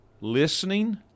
listening